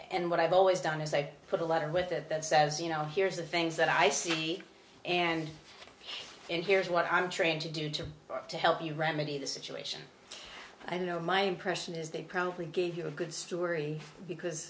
and what i've always done is i put a letter with that that says you know here's the things that i see and here's what i'm trying to do to help you remedy the situation i know my impression is they probably gave you a good story because